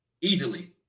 easily